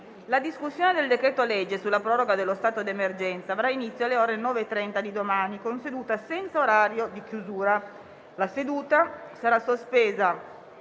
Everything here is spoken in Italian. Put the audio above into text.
La discussione del decreto-legge sulla proroga dello stato di emergenza avrà inizio alle ore 9,30 di domani, con seduta senza orario di chiusura. La seduta sarà sospesa